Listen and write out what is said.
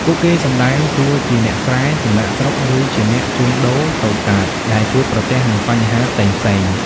ពួកគេសម្ដែងតួជាអ្នកស្រែ ចំណាកស្រុក ឬជាអ្នកជួញដូរតូចតាចដែលជួបប្រទះនឹងបញ្ហាផ្សេងៗ។